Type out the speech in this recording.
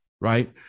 right